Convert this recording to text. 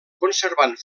conservant